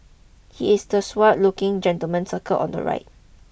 he is the suave looking gentleman circled on the right